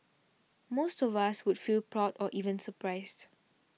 most of us would feel proud or even surprised